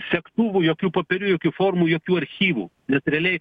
segtuvų jokių popierių jokių formų jokių archyvų nes realiai